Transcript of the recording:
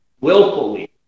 willfully